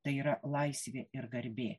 tai yra laisvė ir garbė